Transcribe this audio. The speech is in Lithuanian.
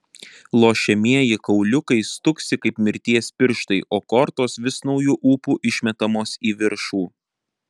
lošiamieji kauliukai stuksi kaip mirties pirštai o kortos vis nauju ūpu išmetamos į viršų